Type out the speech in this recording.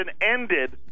ended